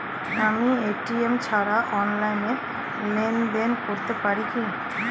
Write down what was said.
আমি এ.টি.এম ছাড়া অনলাইনে লেনদেন করতে পারি কি?